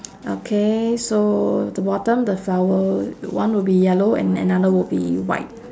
okay so the bottom the flower one would be yellow and another would be white